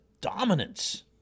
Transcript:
dominance